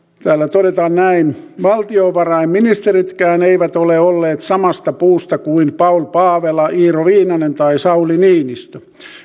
todetaan näin valtiovarainministeritkään eivät ole olleet samasta puusta kuin paul paavela iiro viinanen tai sauli niinistö